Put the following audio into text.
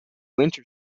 winter